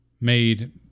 made